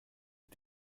mit